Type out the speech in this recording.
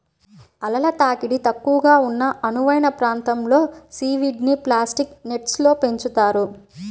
అలల తాకిడి తక్కువగా ఉన్న అనువైన ప్రాంతంలో సీవీడ్ని ప్లాస్టిక్ నెట్స్లో పెంచుతున్నారు